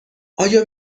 آیا